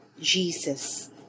Jesus